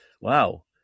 wow